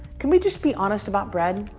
can we just be honest about bread?